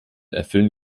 erfüllen